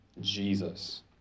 Jesus